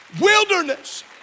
wilderness